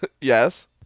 Yes